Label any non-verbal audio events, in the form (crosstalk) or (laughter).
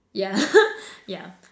ya (laughs) ya